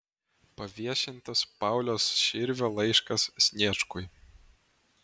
paviešintas pauliaus širvio laiškas sniečkui